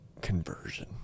conversion